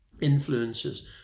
influences